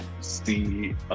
see